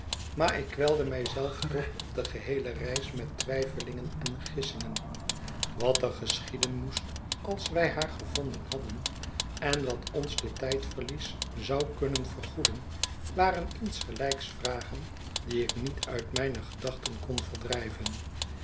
maar ik kwelde mij zelve toch op de geheele reis met twijfelingen en gissingen wat er geschieden moest als wij haar gevonden hadden en wat ons dit tijdverlies zou kunnen vérgoeden waren insgelijks vragen die ik niet uit mijne gedachten kon verdrijven